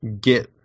get